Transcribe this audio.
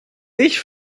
nicht